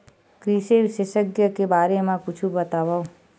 कृषि विशेषज्ञ के बारे मा कुछु बतावव?